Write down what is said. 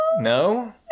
No